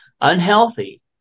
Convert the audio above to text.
unhealthy